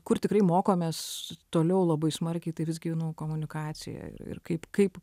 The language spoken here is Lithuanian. kur tikrai mokomės toliau labai smarkiai tai visgi nu komunikacijoj ir kaip kaip